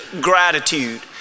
gratitude